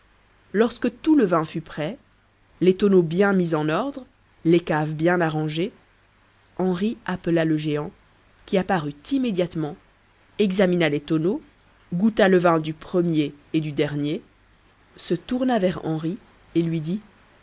lorsque tout le vin fut prêt les tonneaux bien mis en ordre les caves bien arrangées henri appela le géant qui apparut immédiatement examina les tonneaux goûta le vin du premier et du dernier se tourna vers henri et lui dit